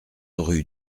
rue